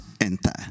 enter